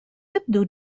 تبدو